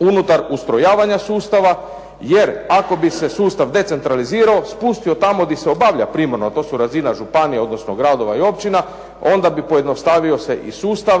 unutar ustrojavanja sustava jer ako bi se sustav decentralizirao, spustio tamo gdje se obavlja primarno a to su razina županija odnosno gradova i općina onda bi pojednostavio se i sustav